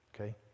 okay